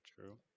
true